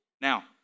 Now